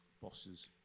bosses